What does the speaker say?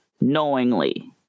knowingly